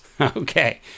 Okay